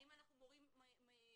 האם אנחנו מונעים הידרדרות,